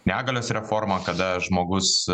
negalios reforma kada žmogus